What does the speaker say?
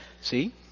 See